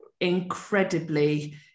incredibly